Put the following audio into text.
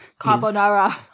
carbonara